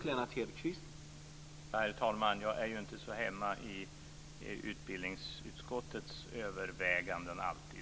Herr talman! Jag är ju inte alltid så hemma i utbildningsutskottets överväganden.